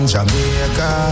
Jamaica